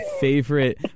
favorite